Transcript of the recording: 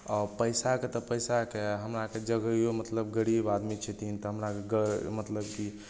आओर पैसाके तऽ पैसाके हमरा आरकेँ जगहो मतलब गरीब आदमी छथिन तऽ हमरा आरके ग मतलब कि